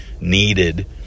needed